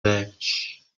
ledge